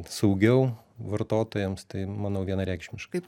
saugiau vartotojams tai manau vienareikšmiškai